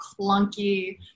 clunky